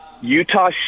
Utah